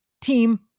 Team